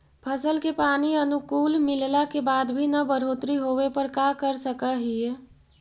फसल के पानी अनुकुल मिलला के बाद भी न बढ़ोतरी होवे पर का कर सक हिय?